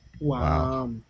Wow